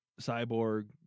cyborg